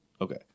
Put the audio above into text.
Okay